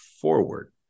forward